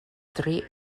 three